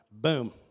Boom